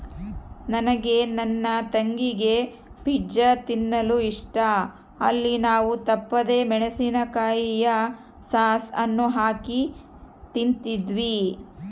ನನಗೆ ನನ್ನ ತಂಗಿಗೆ ಪಿಜ್ಜಾ ತಿನ್ನಲು ಇಷ್ಟ, ಅಲ್ಲಿ ನಾವು ತಪ್ಪದೆ ಮೆಣಿಸಿನಕಾಯಿಯ ಸಾಸ್ ಅನ್ನು ಹಾಕಿ ತಿಂಬ್ತೀವಿ